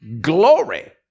glory